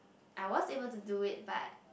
I was able to do it but